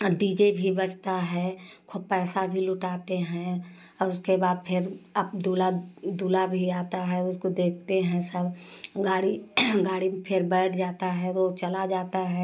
D J भी बजता है खूब पैसा भी लुटाते हैं औ उसके बाद अब फिर दूल्हा दूल्हा भी आता है उसको देखते हैं सब गाड़ी गाड़ी पर फिर बैठ जाता है वो चला जाता है